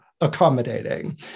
accommodating